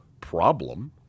problem